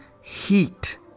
heat